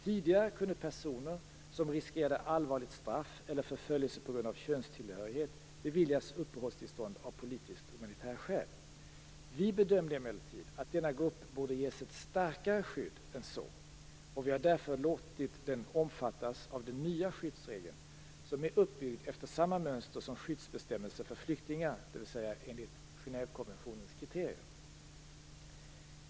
Tidigare kunde personer som riskerade allvarligt straff eller förföljelse på grund av sin könstillhörighet beviljas uppehållstillstånd av politisk-humanitära skäl. Vi bedömde emellertid att denna grupp borde ges ett starkare skydd än så. Vi har därför låtit den omfattas av den nya skyddsregeln, som är uppbyggd efter samma mönster som skyddsbestämmelsen för flyktingar, dvs. enligt Genèvekonventionens kriterier.